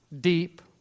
deep